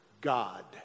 God